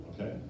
okay